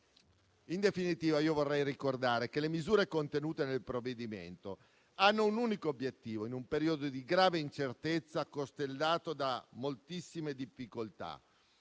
In definitiva, vorrei ricordare che le misure contenute nel provvedimento hanno un unico obiettivo, in un periodo di grave incertezza costellato da moltissime difficoltà: